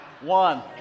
one